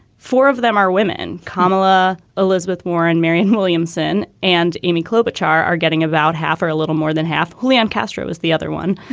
four of them are women. kamala elizabeth warren, marianne williamson and amy klobuchar are getting about half or a little more than half. julian castro is the other one.